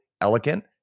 elegant